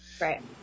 Right